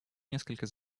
несколько